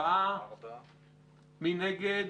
מי נגד?